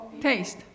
Taste